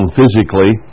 physically